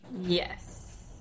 Yes